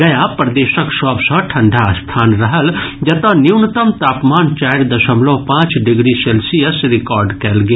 गया प्रदेशक सभ सॅ ठंडा स्थान रहल जतऽ न्यूनतम तापमान चारि दशलमव पांच डिग्री सेल्सियस रिकॉर्ड कयल गेल